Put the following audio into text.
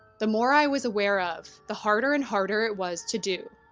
the more i was aware of, the harder and harder it was to do.